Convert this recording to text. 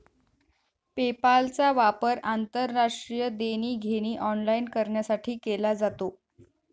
पेपालचा वापर आंतरराष्ट्रीय देणी घेणी ऑनलाइन करण्यासाठी केला जातो